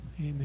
Amen